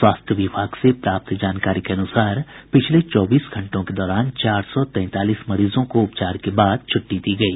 स्वास्थ्य विभाग से प्राप्त जानकारी के अनुसार पिछले चौबीस घंटों के दौरान चार सौ तैंतालीस मरीजों को उपचार के बाद छूट्टी दी गयी